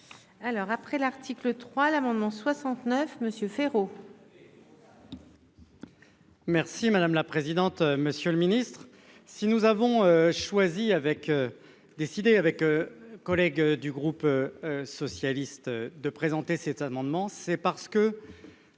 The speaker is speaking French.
Alors après l'article 3 L'amendement 69 Monsieur Féraud. Merci madame la présidente, monsieur le ministre. Si nous avons choisi avec. Décidé avec. Collègues du groupe. Socialiste de présenter cet amendement, c'est parce que.